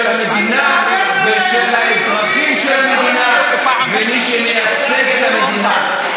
המדינה ושל האזרחים של המדינה ושל מי שמייצג את המדינה,